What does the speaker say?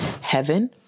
heaven